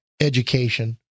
education